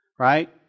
right